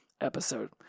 episode